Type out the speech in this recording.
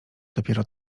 dopiero